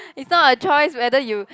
is not a choice whether you